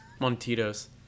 Montito's